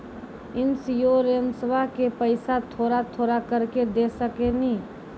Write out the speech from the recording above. इंश्योरेंसबा के पैसा थोड़ा थोड़ा करके दे सकेनी?